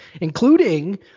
including